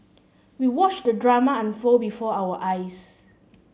we watched the drama unfold before our eyes